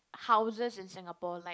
houses in Singapore like